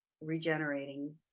regenerating